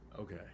Okay